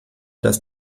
das